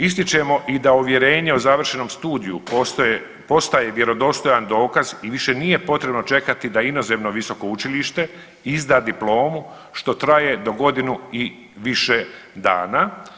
Ističemo i da uvjerenje o završenom studiju postaje vjerodostojan dokaz i više nije potrebno čekati da inozemno visoko učilište izda diplomu, što traje do godinu i više dana.